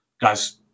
Guys